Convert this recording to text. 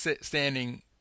standing